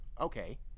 okay